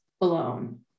alone